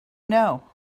know